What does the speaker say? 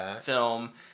film